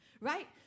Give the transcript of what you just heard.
right